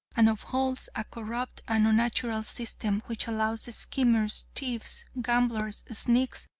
and upholds a corrupt and unnatural system, which allows schemers, thieves, gamblers, sneaks,